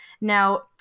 now